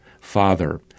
Father